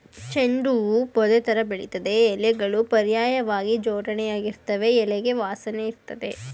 ಚೆಂಡು ಹೂ ಪೊದೆತರ ಬೆಳಿತದೆ ಎಲೆಗಳು ಪರ್ಯಾಯ್ವಾಗಿ ಜೋಡಣೆಯಾಗಿರ್ತವೆ ಎಲೆಗೆ ವಾಸನೆಯಿರ್ತದೆ